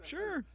Sure